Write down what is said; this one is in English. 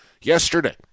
yesterday